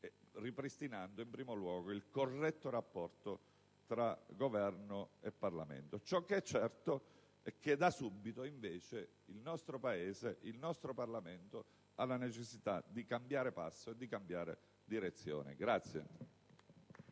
ripristinando in primo luogo il corretto rapporto tra Governo e Parlamento. Ciò che è certo è che da subito invece il nostro Paese e il nostro Parlamento hanno la necessità di cambiare passo e direzione.